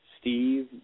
Steve